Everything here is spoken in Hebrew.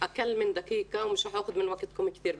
(תרגום מערבית) פחות מדקה לא אקח הרבה מזמנכם.